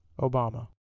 Obama